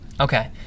Okay